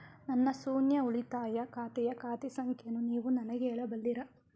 ನನ್ನ ಶೂನ್ಯ ಉಳಿತಾಯ ಖಾತೆಯ ಖಾತೆ ಸಂಖ್ಯೆಯನ್ನು ನೀವು ನನಗೆ ಹೇಳಬಲ್ಲಿರಾ?